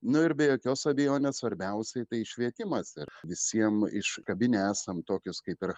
nu ir be jokios abejonės svarbiausiai tai švietimas ir visiem iškabinę esam tokius kaip ir